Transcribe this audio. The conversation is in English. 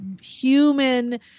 human